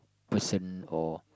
person or